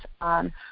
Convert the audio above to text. on